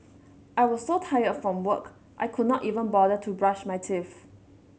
I was so tired from work I could not even bother to brush my teeth